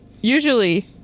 usually